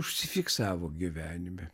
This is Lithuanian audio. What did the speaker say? užsifiksavo gyvenime